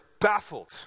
baffled